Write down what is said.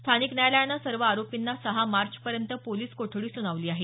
स्थानिक न्यायालयानं सर्व आरोपींना सहा मार्च पर्यंत पोलिस कोठडी सुनावली आहे